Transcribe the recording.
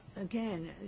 again